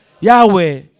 Yahweh